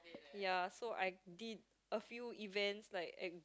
ya so I did a few events like e~